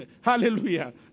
Hallelujah